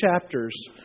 chapters